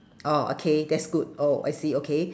orh okay that's good oh I see okay